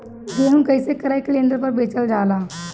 गेहू कैसे क्रय केन्द्र पर बेचल जाला?